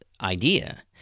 idea